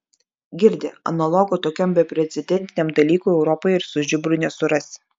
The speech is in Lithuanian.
girdi analogo tokiam beprecedentiniam dalykui europoje ir su žiburiu nesurasi